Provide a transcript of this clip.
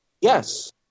Yes